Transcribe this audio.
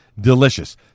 Delicious